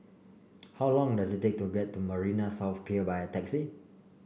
how long does it take to get to Marina South Pier by taxi